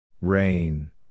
Rain